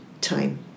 time